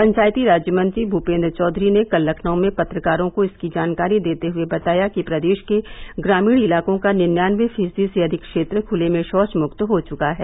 पंचायती राज्य मंत्री भूपेन्द्र चौधरी ने कल लखनऊ में पत्रकारों को इसकी जानकारी देते हुए बताया कि प्रदेष के ग्रामीण इलाको का निन्यानवे फीसदी से अधिक क्षेत्र खुले में षौच मुक्त हो चुका है